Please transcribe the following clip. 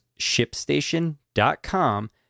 ShipStation.com